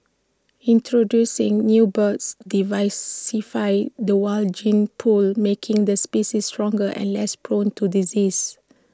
introducing new birds diversify the wild gene pool making the species stronger and less prone to disease